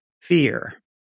fear